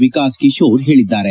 ವಿಕಾಸ್ ಕಿಶೋರ್ ಹೇಳಿದ್ದಾರೆ